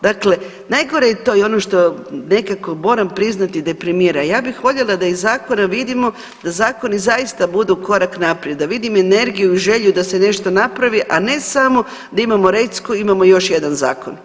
Dakle, najgore je to i ono što nekako moram priznati deprimira, ja bih voljela da iz zakona vidimo da zakoni zaista budu korak naprijed, da vidim energiju i želju da se nešto napravi, a ne samo da imamo recku, imamo još jedan zakon.